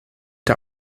der